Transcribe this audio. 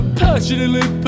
passionately